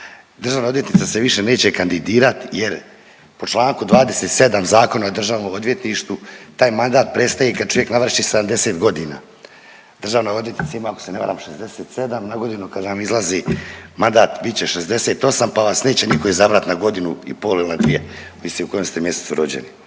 državna odvjetnica se više neće kandidirat jer po čl. 27. Zakona o državnom odvjetništvu taj mandat prestaje kad čovjek navrši 70 godina. Državna odvjetnica ima ako se ne varam 67, nagodinu kad vam izlazi mandat bit će 68 pa vas neće niko izabrat na godinu na pol il na dvije ovisi u kojem ste mjesecu rođeni.